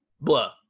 Blah